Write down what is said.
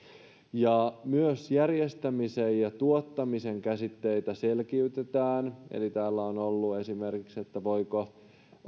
myös järjestämisen ja tuottamisen käsitteitä selkiytetään eli täällä on ollut esimerkiksi että voiko